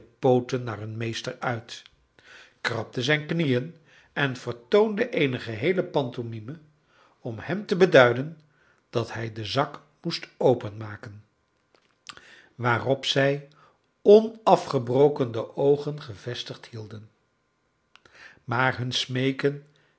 pooten naar hun meester uit krabden zijn knieën en vertoonden eene geheele pantomime om hem te beduiden dat hij den zak moest openmaken waarop zij onafgebroken de oogen gevestigd hielden maar hun smeeken